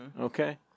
okay